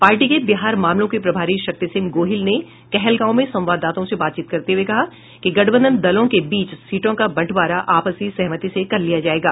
party के बिहार मामलो के प्रभारी शक्ति सिंह गोहिल ने कहलगांव में संवाददाताओं से बातचीत करते हुये कहा कि गठबंधन दलों के बीच सीटों का बंटवारा आपसी सहमति से कर लिया जायेगा